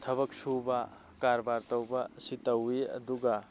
ꯊꯕꯛ ꯁꯨꯕ ꯀꯥꯔꯕꯥꯔ ꯇꯧꯕ ꯑꯁꯤ ꯇꯧꯋꯤ ꯑꯗꯨꯒ